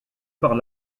par